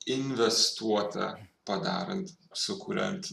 investuota padarant sukuriant